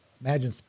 imagine